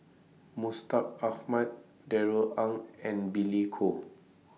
Mustaq Ahmad Darrell Ang and Billy Koh